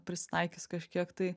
prisitaikys kažkiek tai